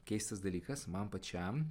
keistas dalykas man pačiam